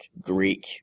Greek